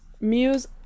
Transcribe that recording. Muse